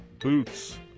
boots